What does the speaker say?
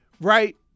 right